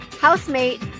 Housemate